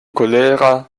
kolera